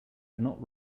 cannot